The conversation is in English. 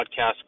podcast